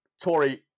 Tory